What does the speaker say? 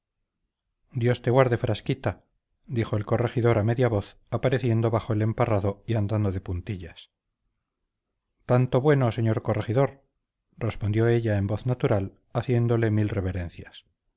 dios te guarde frasquita dijo el corregidor a media voz apareciendo bajo el emparrado y andando de puntillas tanto bueno señor corregidor respondió ella en voz natural haciéndole mil reverencias